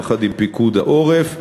יחד עם פיקוד העורף,